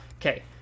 Okay